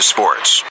Sports